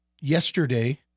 yesterday